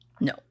No